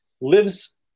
lives